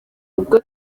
ubwo